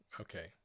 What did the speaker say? Okay